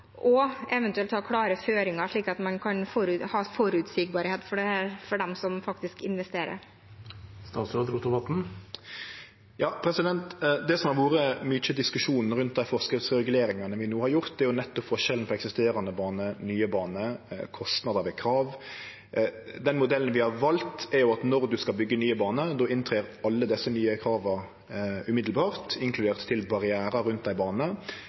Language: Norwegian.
og eventuelt ha klare føringer, slik at det kan være forutsigbart for dem som faktisk investerer. Det som har vore mykje diskutert rundt dei forskriftsreguleringane vi no har gjort, er nettopp forskjellen på eksisterande baner, nye baner og kostnader ved krav. Den modellen vi har valt, medfører at når ein skal byggje nye baner, gjeld alle desse nye krava akutt, inkludert barrierar rundt ei bane.